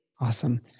Awesome